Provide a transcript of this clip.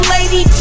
Lady